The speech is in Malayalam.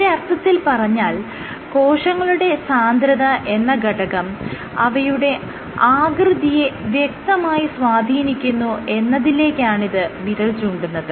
ഒരർത്ഥത്തിൽ പറഞ്ഞാൽ കോശങ്ങളുടെ സാന്ദ്രത എന്ന ഘടകം അവയുടെ ആകൃതിയെ വ്യക്തമായി സ്വാധീനിക്കുന്നു എന്നതിലേക്കാണിത് വിരൽ ചൂണ്ടുന്നത്